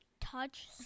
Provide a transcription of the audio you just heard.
touch